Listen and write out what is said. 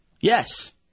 Yes